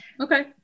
Okay